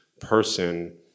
person